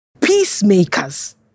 peacemakers